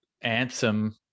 anthem